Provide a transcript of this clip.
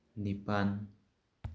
ꯅꯤꯄꯥꯜ